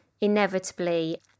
inevitably